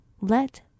Let